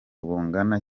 bungana